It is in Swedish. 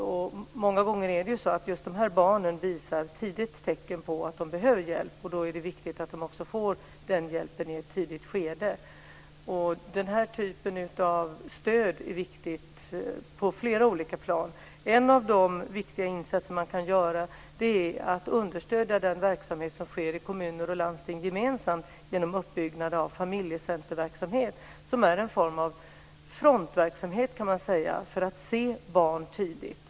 Det är många gånger så att just de här barnen tidigt visar tecken på att de behöver hjälp, och det är då viktigt att de också får den hjälpen i ett tidigt skede. Denna typ av stöd är betydelsefull på flera olika plan. En av de viktiga insatser som man kan göra är att understödja den verksamhet som gemensamt bedrivs i kommuner och landsting genom uppbyggnad av familjecenterverksamhet. Denna kan sägas vara en form av frontverksamhet för att tidigt se barn med problem.